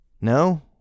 No